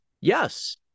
Yes